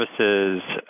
services